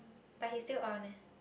but he still on eh